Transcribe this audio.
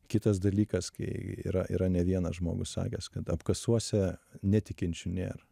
kitas dalykas kai yra yra ne vienas žmogus sakęs kad apkasuose netikinčių nėra